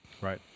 right